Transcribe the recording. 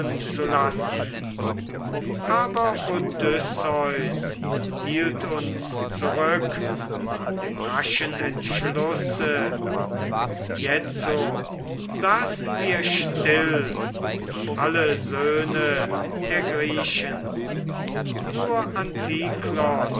lassen aber odysseus hielt uns zurück von dem raschen entschlusse jetzo saßen wir still und alle söhne der griechen nur